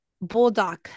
bulldog